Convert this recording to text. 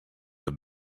have